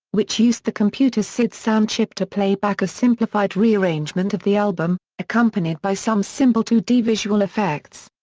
which used the computer's sid sound chip to play back a simplified re-arrangement of the album, accompanied by some simple two d visual effects.